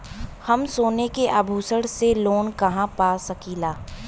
हम सोने के आभूषण से लोन कहा पा सकीला?